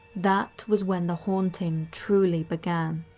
that was when the haunting truly began.